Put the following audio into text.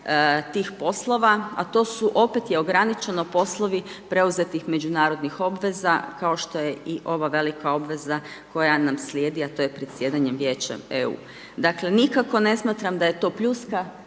tih poslova a to su opet je ograničeno poslovi preuzetih međunarodnih obveza kao što je i ova velika obveza koja nam slijedi a to je predsjedanje Vijećem EU. Dakle nikako ne smatram da je to pljuska